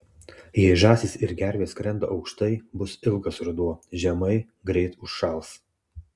jei žąsys ir gervės skrenda aukštai bus ilgas ruduo žemai greit užšals